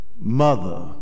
Mother